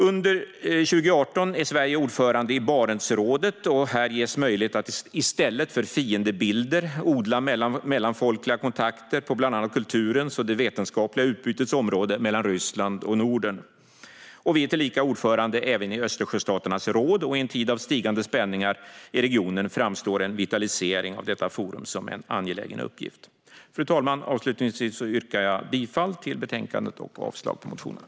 Under 2018 är Sverige ordförande i Barentsrådet, och här ges möjlighet att i stället för att skapa fiendebilder odla mellanfolkliga kontakter på bland annat kulturens och det vetenskapliga utbytets områden mellan Ryssland och Norden. Vi är tillika ordförande i Östersjöstaternas råd, och i en tid av stigande spänningar i regionen framstår en vitalisering av detta forum som en angelägen uppgift. Fru talman! Avslutningsvis yrkar jag bifall till förslaget i betänkandet och avslag på motionerna.